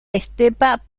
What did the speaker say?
estepa